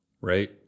Right